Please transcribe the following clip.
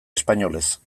espainolez